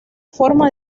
forma